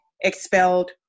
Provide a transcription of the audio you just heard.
expelled